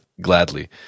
gladly